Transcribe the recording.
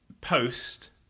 Post